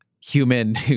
human